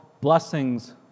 blessings